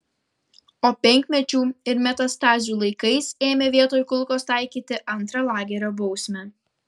o penkmečių ir metastazių laikais ėmė vietoj kulkos taikyti antrą lagerio bausmę